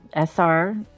SR